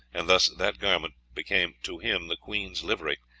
and thus that garment became to him the queen's livery,